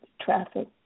traffic